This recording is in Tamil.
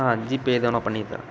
ஆ ஜிபே தானே தோ நான் பண்ணிவிட்றேன்